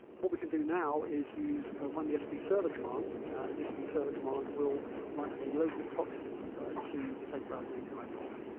what we can do now is use or run the sb server command. an sb server command will run a local proxy to the safe browsing api like for us.